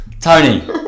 Tony